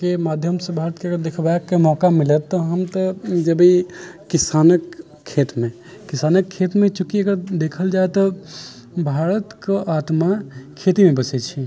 के माध्यमसँ भारतके अगर देखेबाक मौका मिलत तऽ हम तऽ जेबै किसानके खेतमे किसानके खेतमे चूँकि अगर देखल जाइ तऽ भारतके आत्मा खेतेमे बसै छै